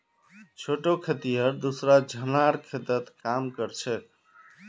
छोटे खेतिहर दूसरा झनार खेतत काम कर छेक